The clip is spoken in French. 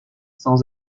sans